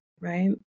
right